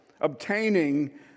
obtaining